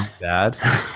bad